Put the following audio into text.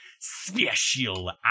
Special